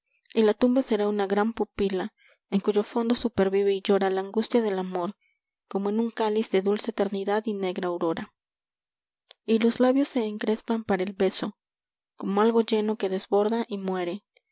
y la tumba será una gran pupila en cuyo fondo supervive y llora la angustia del amor como en un cáliz de dulce eternidad y negra aurora y los labios se encrespan para el beso como algo lleno que desborda y muere